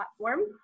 platform